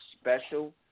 Special